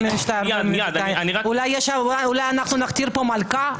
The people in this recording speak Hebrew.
אולי נכתיר פה מלכה?